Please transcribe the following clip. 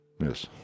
yes